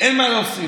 אין מה להוסיף.